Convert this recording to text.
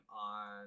on